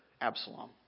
Absalom